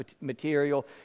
material